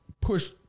push